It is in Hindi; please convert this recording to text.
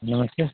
नमस्ते